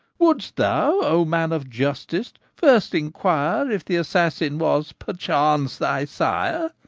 would'st thou, o man of justice, first inquire if the assassin was perchance thy sire,